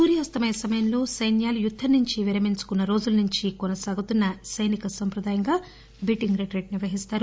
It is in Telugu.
సూర్యాస్తమయ సమయంలో సైన్యాలు యుద్దం నుంచి విరమించుకున్న రోజుల నుంచి కొనసాగుతున్న సైనిక సంప్రదాయంగా బీటింగ్ రిట్రీట్ నిర్పహిస్తారు